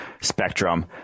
spectrum